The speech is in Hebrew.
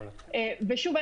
שוב,